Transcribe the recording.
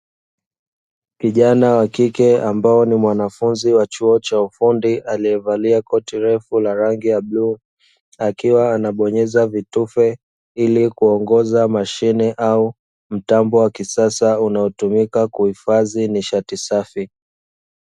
Kijana wa kike ambae ni mwanafunzi wa chuo cha ufundi, aliyevalia koti refu la rangi ya bluu, akiwa anabonyeza vitufe ili kuongoza mashine au mtambo wa kisasa unaotumika kuhifadhi nishati safi.